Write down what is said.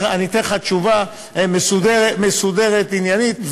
אני אתן לך תשובה מסודרת, עניינית.